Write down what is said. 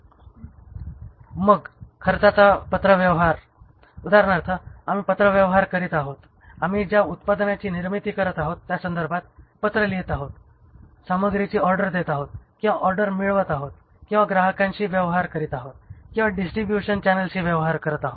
मग खर्चाचा पत्रव्यवहार उदाहरणार्थ आम्ही पत्रव्यवहार करीत आहोत आम्ही ज्या उत्पादनाची निर्मिती करत आहोत त्या संदर्भात पत्र लिहित आहोत सामग्रीची ऑर्डर देत आहोत किंवा ऑर्डर मिळवत आहोत किंवा ग्राहकांशी व्यवहार करीत आहोत किंवा डिस्ट्रिब्युशन चॅनेल्सशी व्यवहार करत आहोत